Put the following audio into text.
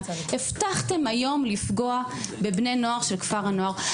הבטחתם היום לפגוע בבני נוער של כפר הנוער,